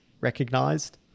recognized